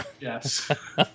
Yes